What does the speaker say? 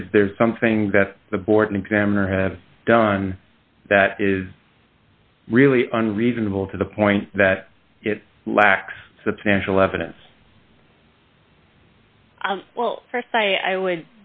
is there something that the board examiner have done that is really under reasonable to the point that it lacks substantial evidence well st i would